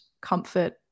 comfort